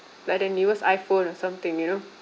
like the newest iPhone or something you know